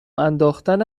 انداختن